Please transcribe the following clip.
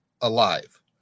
alive